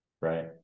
right